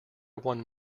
won